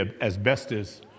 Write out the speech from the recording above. asbestos